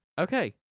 Okay